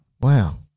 Wow